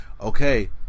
okay